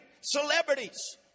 celebrities